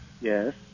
Yes